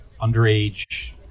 underage